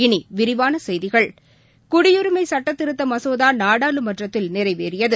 இனிவிரிவானசெய்திகள் குடியுரிமைசட்டத்திருத்தமசோதாநாடாளுமன்றத்தில் நிறைவேறியது